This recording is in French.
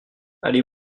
allez